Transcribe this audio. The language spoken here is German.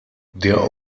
der